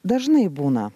dažnai būna